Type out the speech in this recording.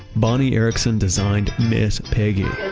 bonnie erickson designed miss piggy.